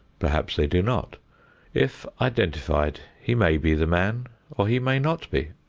perhaps they do not if identified, he may be the man or he may not be.